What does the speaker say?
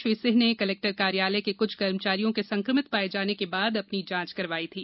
श्री सिंह ने कलेक्टर कार्यालय के कुछ कर्मचारियों के संकमित पाये जाने के बाद अपनी जांच करवाई थी